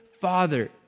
father